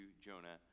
Jonah